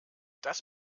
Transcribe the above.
das